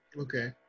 Okay